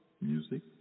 music